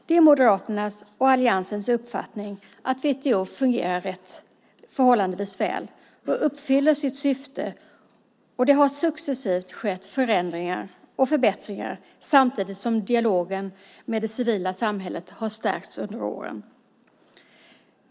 Det är Moderaternas och alliansens uppfattning att WTO fungerar förhållandevis väl och uppfyller sitt syfte. Det har successivt skett förändringar och förbättringar samtidigt som dialogen med det civila samhället under åren har stärkts.